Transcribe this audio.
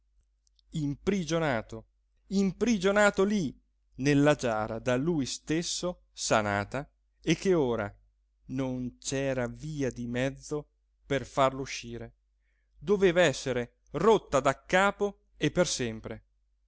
imprigionato imprigionato lì nella giara da lui stesso sanata e che ora non c'era via di mezzo per farlo uscire doveva essere rotta daccapo e per sempre